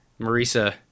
Marisa